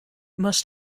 must